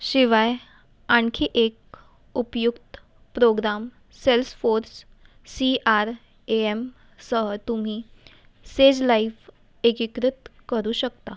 शिवाय आणखी एक उपयुक्त program Salesforce C R A एमसह तुम्ही सेज लाइव एकीकृत करू शकता